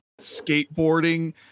skateboarding